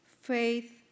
faith